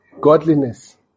godliness